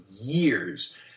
years